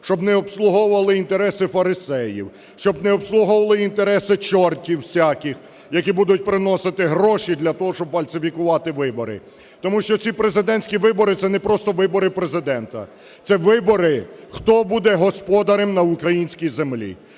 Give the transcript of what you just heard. щоб не обслуговували інтереси фарисеїв, щоб не обслуговували інтереси чортів всяких, які будуть приносити гроші для того, щоби фальсифікувати вибори. Тому що ці президентські вибори – це не просто вибори Президента, це вибори, хто буде господарем на українській землі.